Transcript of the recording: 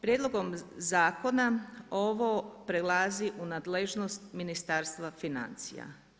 Prijedlogom zakona ovo prelazi u nadležnost Ministarstva financija.